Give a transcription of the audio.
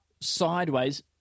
sideways